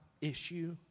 issue